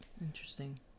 Interesting